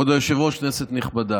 כבוד היושב-ראש, כנסת נכבדה,